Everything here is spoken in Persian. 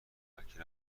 متفکر